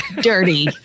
dirty